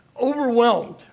overwhelmed